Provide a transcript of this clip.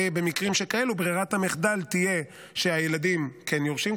במקרים שכאלו ברירת המחדל תהיה שהילדים כן יורשים,